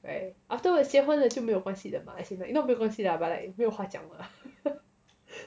right afterwards 结婚了就没有关系了 mah as in not 没有关系 lah but like 没有话讲了